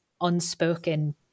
unspoken